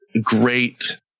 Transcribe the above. great